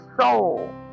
soul